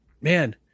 man